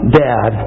dad